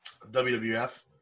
WWF